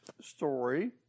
story